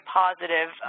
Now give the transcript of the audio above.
positive